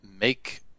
make